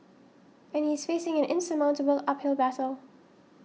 and he is facing an insurmountable uphill battle